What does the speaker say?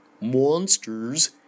monsters